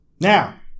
Now